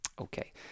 Okay